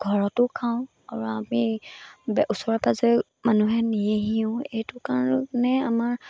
ঘৰতো খাওঁ আৰু আমি বে ওচৰে পাজৰে মানুহে নিয়েহিও সেইটো কাৰণে আমাৰ